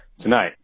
tonight